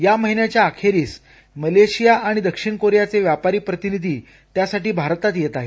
या महिन्याच्या अखेरीस मलेशिया आणि दक्षिण कोरियाचे व्यापारी प्रतिनिधी त्यासाठी भारतात येत आहेत